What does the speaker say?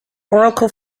oracle